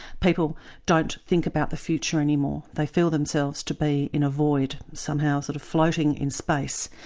people don't think about the future any more, they feel themselves to be in a void somehow sort of floating in space.